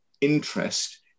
interest